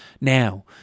Now